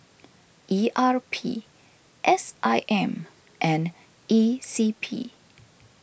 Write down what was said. E R P S I M and E C P